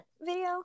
video